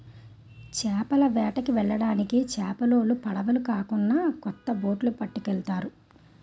చేపల వేటకి వెళ్ళడానికి చేపలోలు పడవులు కాకున్నా కొత్త బొట్లు పట్టుకెళ్తారు